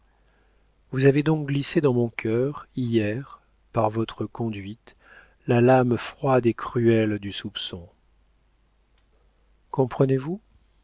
vous avez donc glissé dans mon cœur hier par votre conduite la lame froide et cruelle du soupçon comprenez-vous